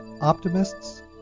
optimists